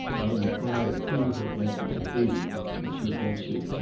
i inquired who her aunt might be and she answered,